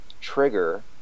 trigger